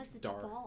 dark